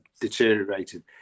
deteriorated